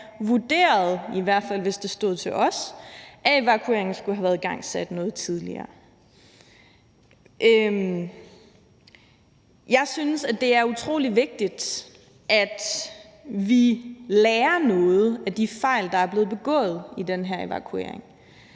vurderet, i hvert fald hvis det stod til os, at evakueringen skulle have været igangsat noget tidligere. Jeg synes, det er utrolig vigtigt, at vi lærer noget af de fejl, der er blevet begået i den her evakuering.